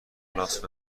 لاس